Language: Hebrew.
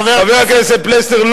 חבר הכנסת פלסנר,